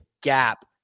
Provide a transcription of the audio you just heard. gap